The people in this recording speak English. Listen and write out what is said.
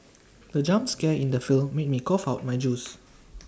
the jump scare in the film made me cough out my juice